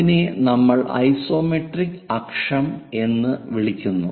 അതിനെ നമ്മൾ ഐസോമെട്രിക് അക്ഷം എന്ന് വിളിക്കുന്നു